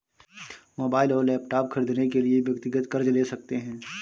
mobile और laptop खरीदने के लिए व्यक्तिगत कर्ज ले सकते है